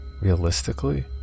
Realistically